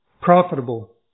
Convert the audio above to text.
profitable